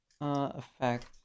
Effect